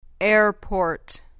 airport